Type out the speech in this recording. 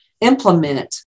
implement